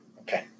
Okay